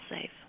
safe